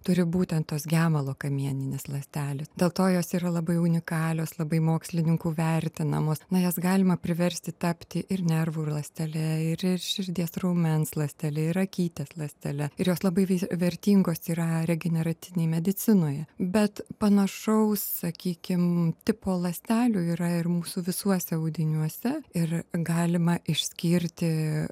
turi būtent tos gemalo kamieninės ląstelės dėl to jos yra labai unikalios labai mokslininkų vertinamos jas galima priversti tapti ir nervų ląstele ir širdies raumens ląstele ir akytės ląstele ir jos labai vertingos yra regeneratyvinėj medicinoje bet panašaus sakykim tipo ląstelių yra ir mūsų visuose audiniuose ir galima išskirti